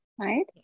right